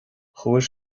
chuaigh